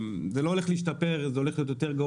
זה לא הולך להשתפר, זה הולך להיות גרוע